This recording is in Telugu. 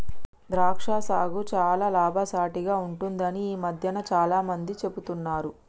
ద్రాక్ష సాగు చాల లాభసాటిగ ఉంటుందని ఈ మధ్యన చాల మంది చెపుతున్నారు